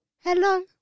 Hello